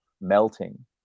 melting